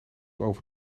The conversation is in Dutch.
over